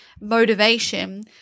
motivation